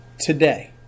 today